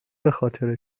بخاطر